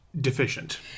deficient